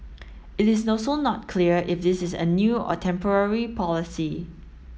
it is also not clear if this is a new or temporary policy